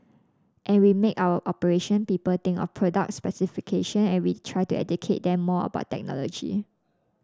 and we make our operation people think of product specification and we try to educate them more about technology